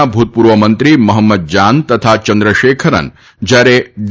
ના ભુતપૂર્વ મંત્રી મહંમદ જાન અને ચંદ્રશેખરન જ્યારે ડી